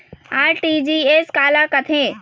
RTGS काला कथें?